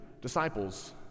disciples